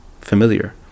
familiar